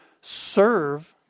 serve